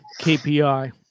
KPI